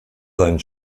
seinen